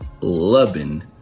loving